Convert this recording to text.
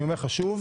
אני אומר לך שוב,